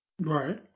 Right